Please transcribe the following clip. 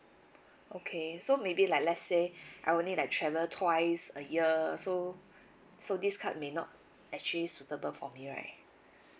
okay so maybe like let's say I only like travel twice a year so so this card may not actually suitable for me right